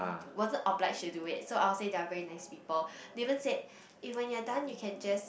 wasn't obliged to do it so I will say they are very nice people they even said even ya when you're done you can just